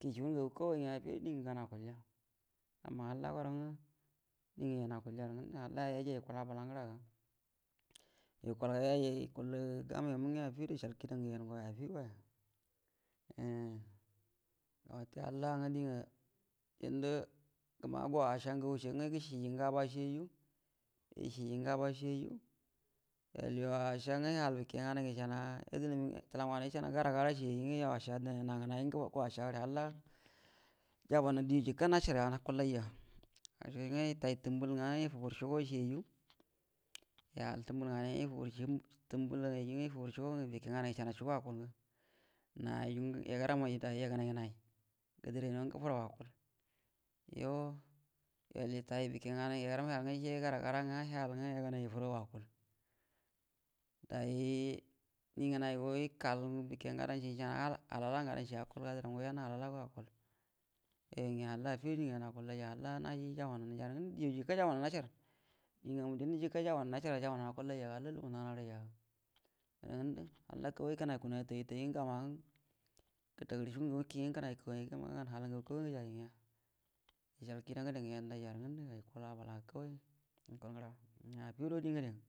afido diu gau akulya dingə gau akulyarə ngəndə amma halla goro nga dingə yau akulyarə ngundə yukula yaijai gukullə gum yo mu nya afido ishal kida ngə yau afi goya unn ga wate halla nga dində gəma gwa-uasha ngagu shiyaju gusho ngaba shiyaiju ishiji ngaba shiyaju yol yuwa washa ya iju bike nganai ngə ishanaga təlaru nganai ngə ishanga gara-gara shiganju yawashal na ngə ua guwshal yu halla jabau di yikə nashanga akundja yəshar nga itadeu tuanbul ngen ai nga ifabar tumnal shyenju tumbal nganai nga ifabar chugo bike nganai ngə ishuugu chugoshi akul na ganju yagəramaiju dai aigau ngənai yo yol itai bike nganai ngə yagərau yal nga yal nga gara-gra dai nigucingo yal bike gadau ngə ishanuga alala ngadau shi akul ga yoga nya halla afido dingə yan akullaija halla naji jabau ngə diju jikə jabanau nashar diugamu ngə obimdə jikə jabanan nasharga jaba nan akullaija halla kawai-kənaiya dairə tai nga gama gətagərə skugur ngagu nga kənai kunainga gama nga gau hala ngugu kawai nga gəjai nya ishal kida ngəde ngə yandajarə ngandə kawi yukul ngəra aya afido.